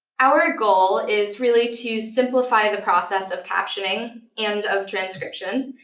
our goal is really to simplify the process of captioning and of transcription,